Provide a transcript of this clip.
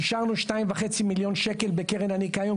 אישרנו 2.5 מיליון שקלים בקרן הניקיון,